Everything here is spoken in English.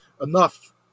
enough